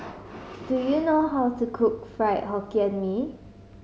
do you know how to cook Fried Hokkien Mee